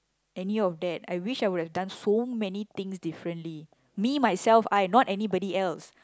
any of that I wish I would have done so many things differently me myself I not anybody else